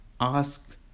ask